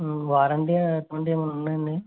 warranty అటువంటివి ఏమన్నా ఉందండి